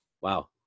Wow